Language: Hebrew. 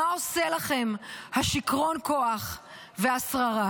מה עושים לכם שיכרון הכוח והשררה.